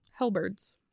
Hellbirds